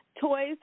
Toys